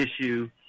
issue